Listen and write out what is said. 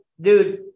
dude